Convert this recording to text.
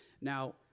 Now